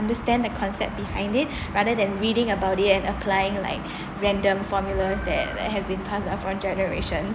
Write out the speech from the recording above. understand the concept behind it rather than reading about it and applying like random formulas that have been pass down from generations